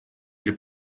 для